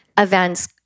events